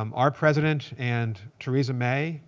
um our president and theresa may